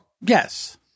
Yes